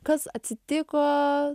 kas atsitiko